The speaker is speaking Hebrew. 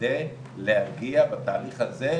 כדי להגיע בתהליך הזה,